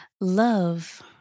Love